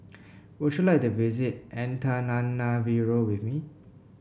would you like to visit Antananarivo with me